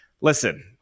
Listen